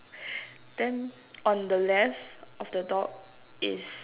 then on the left of the dog is